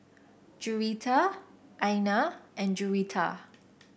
Juwita Aina and Juwita